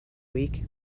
week